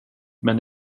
men